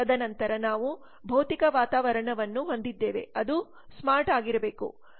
ತದನಂತರ ನಾವು ಭೌತಿಕ ವಾತಾವರಣವನ್ನು ಹೊಂದಿದ್ದೇವೆ ಅದು ಸ್ಮಾರ್ಟ್ ಆಗಿರಬೇಕು